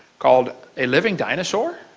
called, a living dinosaur